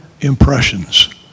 impressions